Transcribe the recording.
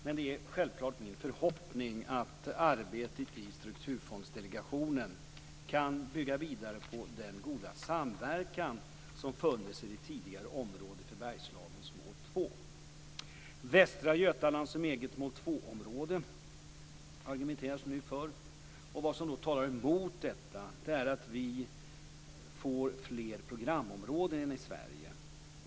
Men det är självfallet min förhoppning att arbetet i strukturfondsdelegationen kan bygga vidare på den goda samverkan som har funnits i det tidigare områdets och Bergslagens mål 2. Västra Götaland som eget mål 2-område argumenteras det nu för. Vad som talar emot detta är att vi får fler programområden i Sverige.